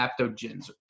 aptogens